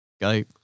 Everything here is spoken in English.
go